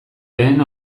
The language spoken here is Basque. lehen